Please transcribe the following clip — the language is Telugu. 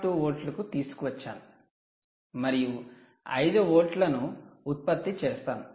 2 వోల్ట్లకు తీసుకువచ్చాను మరియు 5 వోల్ట్లను ఉత్పత్తి చేస్తాను